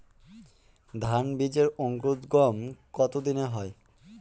ধান বীজের অঙ্কুরোদগম কত দিনে হয়?